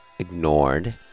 ignored